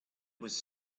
was